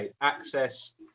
Access